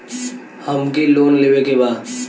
हमके लोन लेवे के बा?